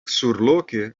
surloke